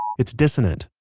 it's dissonant.